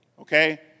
okay